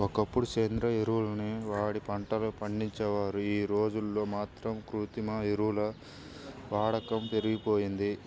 ఒకప్పుడు సేంద్రియ ఎరువుల్ని వాడి పంటలు పండించేవారు, యీ రోజుల్లో మాత్రం కృత్రిమ ఎరువుల వాడకం పెరిగిపోయింది